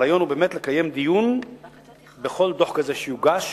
הרעיון הוא לקיים דיון בכל דוח כזה שיוגש,